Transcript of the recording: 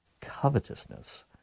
covetousness